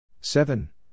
Seven